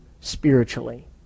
spiritually